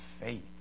faith